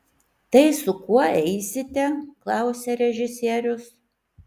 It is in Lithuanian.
tai su kuo eisite klausia režisierius